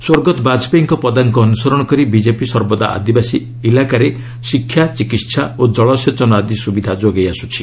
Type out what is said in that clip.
ସ୍ୱଗତ ବାଜପେୟୀଙ୍କ ପଦାଙ୍କ ଅନୁସରଣ କରି ବିକେପି ସର୍ବଦା ଆଦିବାସୀ ଇଲାକାରେ ଶିକ୍ଷା ଚିକିତ୍ସା ଓ ଜଳସେଚନ ଆଦି ସୁବିଧା ଯୋଗାଇ ଆସୁଛି